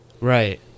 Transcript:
Right